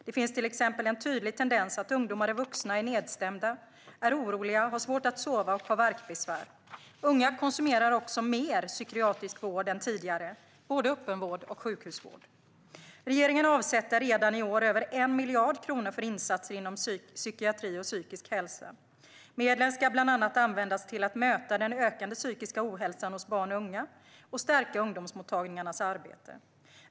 Det finns till exempel en tydlig tendens att ungdomar och unga vuxna är nedstämda, är oroliga, har svårt att sova och har värkbesvär. Unga konsumerar också mer psykiatrisk vård än tidigare, både öppenvård och sjukhusvård. Regeringen avsätter redan i år över 1 miljard kronor för insatser inom psykiatri och psykisk hälsa. Medlen ska bland annat användas till att möta den ökade psykiska ohälsan hos barn och unga och stärka ungdomsmottagningarnas arbete.